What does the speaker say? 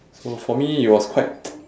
so for me it was quite